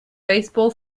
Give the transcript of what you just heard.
baseball